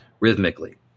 Rhythmically